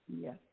Yes